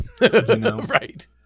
Right